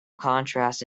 contrast